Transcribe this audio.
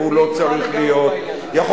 והוא לא צריך להיות, אני אתך לגמרי בעניין.